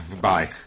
Bye